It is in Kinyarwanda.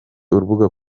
urubuga